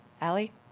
Allie